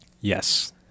Yes